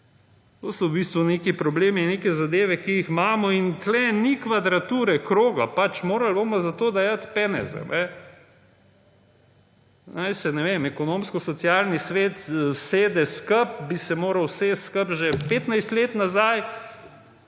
To so v bistvu neki problemi in neki zadeve, ki jih imamo in tukaj ni kvadrature kroga pač morali bomo za to dajati peneze. Naj se ne vem ekonomsko socialni svet sede skupaj bi se moral usesti skupaj že 15 let nazaj